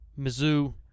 Mizzou